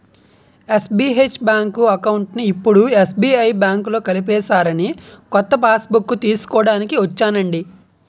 SBH bank అకౌంట్ని ఇప్పుడు SBI బాంకులో కలిపేసారని కొత్త పాస్బుక్కు తీస్కోడానికి ఒచ్చానండి